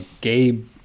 Gabe